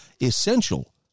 essential